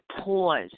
pause